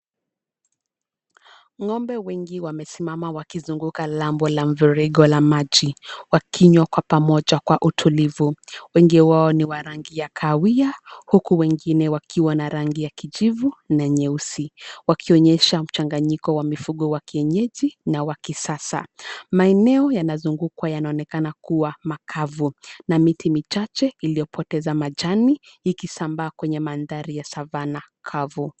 Ngombe wengi wamesimama wakizunguka lambo la mfirigo la maji, wakinywa kwa pamoja kwa utulivu. Wengi wao ni wa rangi ya kahawia na huku wengine wakiwa na rangi ya kijivu na nyeusi, wakionyesha mchanganyiko wa mifugo wa kienyeji na wa kisasa. Maeneo yanayozunguwa yanaonekana kua makavu na miti michache iliyopoteza majani ikisambaa kwenye madhari ya savana kavu.